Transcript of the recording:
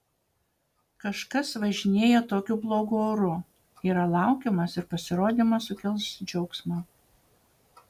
kažkas važinėja tokiu blogu oru yra laukiamas ir pasirodymas sukels džiaugsmą